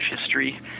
history